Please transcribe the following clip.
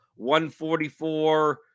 144